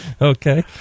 Okay